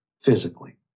physically